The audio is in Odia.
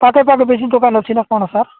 ପାଖେ ପାଖେ ବେଶୀ ଦୋକାନ ଅଛି ନ କ'ଣ ସାର୍